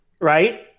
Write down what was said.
right